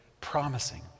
Promising